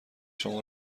شما